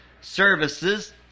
services